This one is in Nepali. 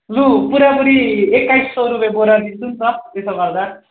लु पुरापुरी एक्काइस सय रुपे बोरा दिन्छु नि त त्यसो गर्दा